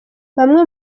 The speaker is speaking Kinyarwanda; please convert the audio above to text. bamwe